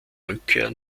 rückkehr